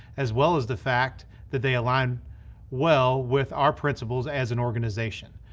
as well as the fact that they align well with our principles as an organization.